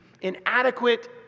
inadequate